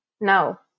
no